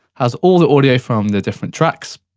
has all the audio from the different tracks.